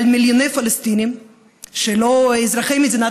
על מיליוני פלסטינים שהם לא אזרחי מדינת